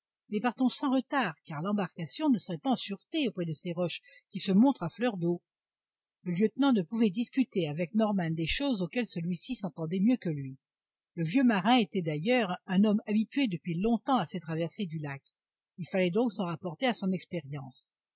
mais partons sans retard car l'embarcation ne serait pas en sûreté auprès de ces roches qui se montrent à fleur d'eau le lieutenant ne pouvait discuter avec norman des choses auxquelles celui-ci s'entendait mieux que lui le vieux marin était d'ailleurs un homme habitué depuis longtemps à ces traversées du lac il fallait donc s'en rapporter à son expérience